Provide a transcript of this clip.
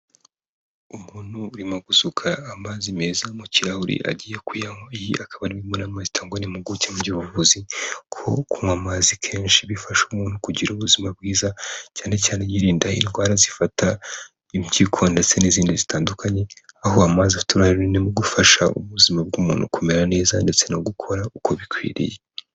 Umuntu urimo gusuka amazi meza mu kirahuri agiye kuyanywa. Iyi akaba ari imwe mu nama zitangwa n'impuguke mu by'ubuvuzi, ko kunywa amazi kenshi bifasha umuntu kugira ubuzima bwiza, cyane cyane yirinda indwara zifata impyiko ndetse n'izindi zitandukanye, aho amazi afite uruhare runini mu gufasha ubuzima bw'umuntu kumera neza ndetse no gukora uko bikwiriye.